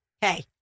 Hey